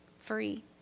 free